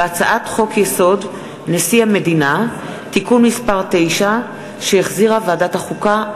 והצעת חוק-יסוד: נשיא המדינה (תיקון מס' 9) שהחזירה ועדת החוקה,